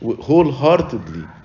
wholeheartedly